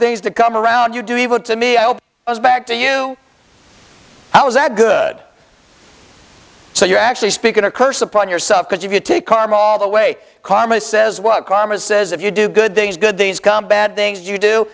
things to come around you do evil to me back to you i was that good so you're actually speaking a curse upon yourself because if you take karma all the way karma says what karma says if you do good things good things come bad things you do